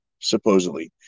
supposedly